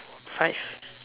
five